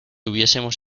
hubiésemos